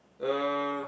uh